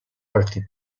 partit